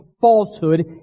falsehood